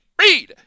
read